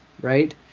right